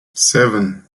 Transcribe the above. seven